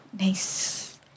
Nice